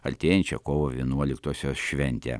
artėjančią kovo vienuoliktosios šventę